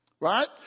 right